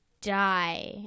die